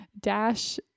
Dash